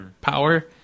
power